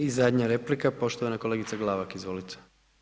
I zadnja replika poštovana kolegica Glavak, izvolite.